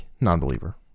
non-believer